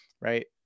right